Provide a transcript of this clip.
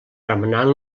remenant